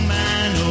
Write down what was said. man